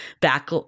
back